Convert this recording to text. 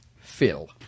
Phil